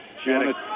Janet